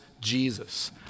Jesus